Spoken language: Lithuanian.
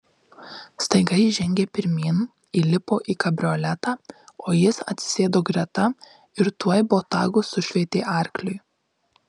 staiga ji žengė pirmyn įlipo į kabrioletą o jis atsisėdo greta ir tuoj botagu sušveitė arkliui